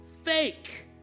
fake